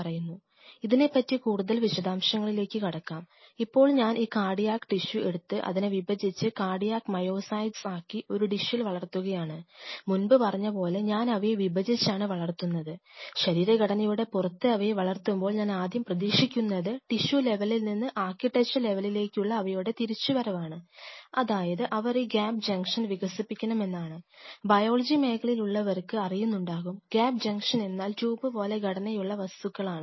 biology മേഖലയിൽ ഉള്ളവർക്ക് അറിയുന്നുണ്ടാകും ഗ്യാപ് ജംഗ്ഷൻ എന്നാൽ ട്യൂബ് പോലത്തെ ഘടനയുള്ള വസ്തുക്കളാണ്